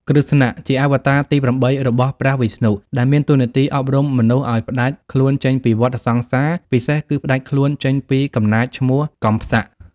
គ្រឹស្ណៈ ជាអវតារទី៨ របស់ព្រះវិស្ណុ ដែលមានតួនាទីអប់រំមនុស្សឱ្យផ្តាច់ខ្លួនចេញពីវដ្តសង្សារ ពិសេសគឺផ្តាច់ខ្លួនចេញ ពីកំណាចឈ្មោះកម្សៈ។